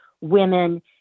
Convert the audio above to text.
women